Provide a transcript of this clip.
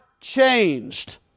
changed